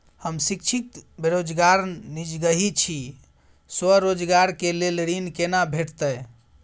हम शिक्षित बेरोजगार निजगही छी, स्वरोजगार के लेल ऋण केना भेटतै?